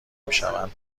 میشوند